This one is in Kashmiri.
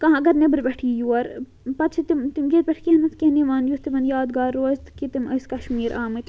کانٛہہ اَگر نٮ۪برٕ پٮ۪ٹھ یی یور پَتہ چھِ تِم تِم ییٚتہِ پٮ۪ٹھ کینٛہہ نَتہٕ کیٚنہہ نِوان یُتھ تِمَن یادگار روزِ تِم ٲسۍ کشمیٖر آمٕتۍ